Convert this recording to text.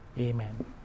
amen